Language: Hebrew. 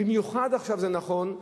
במיוחד עכשיו זה נכון,